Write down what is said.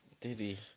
Diddy